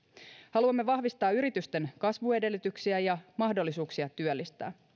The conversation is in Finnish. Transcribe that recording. haluamme vahvistaa yritysten kasvuedellytyksiä ja mahdollisuuksia työllistää